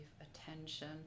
attention